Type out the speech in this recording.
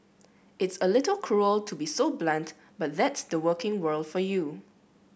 it's a little cruel to be so blunt but that's the working world for you